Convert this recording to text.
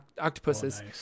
octopuses